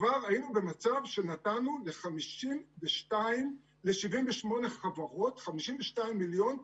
כבר היינו במצב שנתנו ל-78 חברות 52 מיליון שקלים,